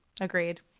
Agreed